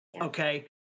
Okay